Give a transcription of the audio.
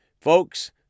Folks